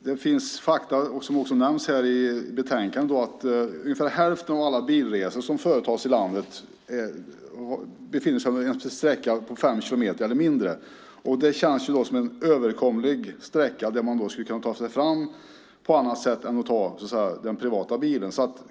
Det finns fakta, vilket också nämns i betänkandet, om att ungefär hälften av alla bilresor som företas i landet är på sträckor som är fem kilometer eller kortare. Det känns som en överkomlig sträcka där man skulle kunna ta sig fram på annat sätt än med privatbil.